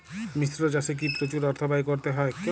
মিশ্র চাষে কি প্রচুর অর্থ ব্যয় করতে হয়?